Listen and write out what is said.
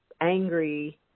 angry